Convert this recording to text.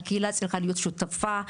הקהילה צריכה להיות שותפה,